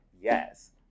yes